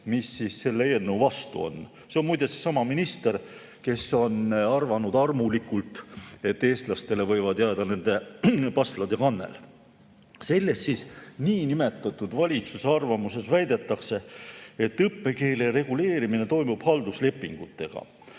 mis selle eelnõu vastu on – see on muide seesama minister, kes on armulikult arvanud, et eestlastele võivad jääda nende pastlad ja kannel –, selles niinimetatud valitsuse arvamuses väidetakse, et õppekeele reguleerimine toimub halduslepingutega.